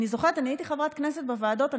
אני הייתי חברת כנסת בוועדות,